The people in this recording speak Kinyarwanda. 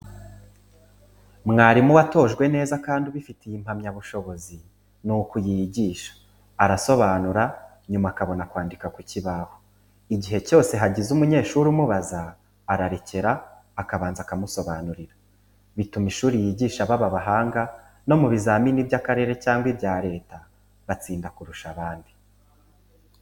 Mwarimu watojwe neza kandi ubifitiye impamyabushobozi, ni uku yigisha; arasobanura, nyuma akabona kwandika ku kibaho; igihe cyose hagize umunyeshuri umubaza, ararekera, akabanza akamusobanurira, bituma ishuri yigisha baba abahanga no mu bizamini b'akarere cyangwa ibya Leta batsinda kurusha abandi.